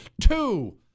Two